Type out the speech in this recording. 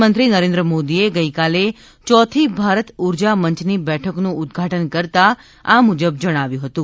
પ્રધાનમંત્રી નરેન્દ્ર મોદીએ ગઈકાલે ચોથી ભારત ઉર્જામંચની બેઠકનું ઉદઘાટન કરતાં આ મુજબ જણાવ્યું હતું